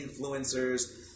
influencers